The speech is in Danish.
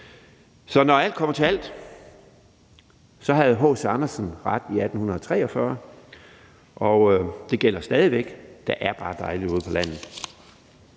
Så når alt kommer til alt, havde H.C. Andersen ret i 1843, og det gælder stadig væk: Der er bare dejligt ude på landet.